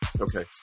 Okay